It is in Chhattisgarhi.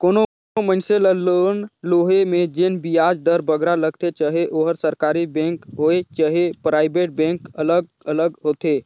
कोनो मइनसे ल लोन लोहे में जेन बियाज दर बगरा लगथे चहे ओहर सरकारी बेंक होए चहे पराइबेट बेंक अलग अलग होथे